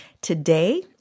Today